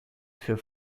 für